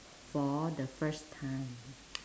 for the first time